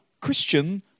Christian